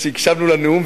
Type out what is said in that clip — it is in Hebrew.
כשהקשבנו לנאום,